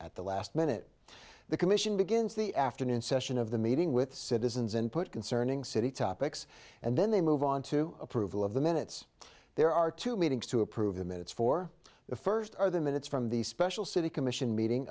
at the last minute the commission begins the afternoon session of the meeting with citizens input concerning city topics and then they move on to approval of the minutes there are two meetings to approve the minutes for the first are the minutes from the special city commission meeting